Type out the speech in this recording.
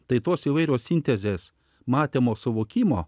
tai tos įvairios sintezės matymo suvokimo